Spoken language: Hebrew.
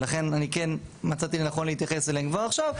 ולכן אני כן מצאתי לנכון להתייחס אליהם כבר עכשיו,